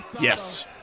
Yes